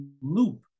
loop